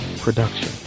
Production